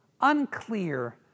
Unclear